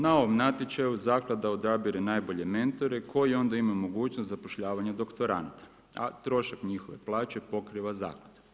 Na ovom natječaju zaklada odabire najbolje mentore koji onda imaju mogućnost zapošljavanja doktoranata, a trošak njihove plaće pokriva zaklada.